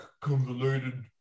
convoluted